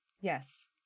yes